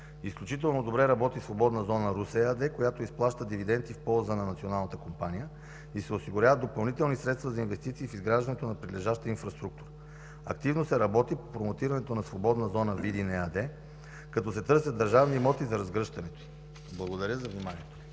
Изключително добре работи „Свободна зона Русе” ЕАД, която изплаща дивиденти в полза на Националната компания и се осигуряват допълнителни средства за инвестиции в изграждането на прилежащата инфраструктура. Активно се работи по промотирането на „Свободна зона Видин” ЕАД, като се търсят държавни имоти за разгръщането й. Благодаря за вниманието.